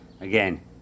again